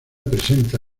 presenta